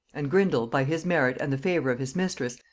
and grindal, by his merit and the favor of his mistress,